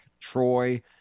Troy